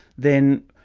then